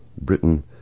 Britain